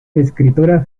escritora